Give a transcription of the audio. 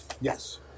Yes